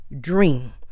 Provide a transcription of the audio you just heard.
dream